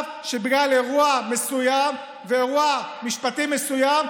שבגלל אירוע מסוים ואירוע משפטי מסוים,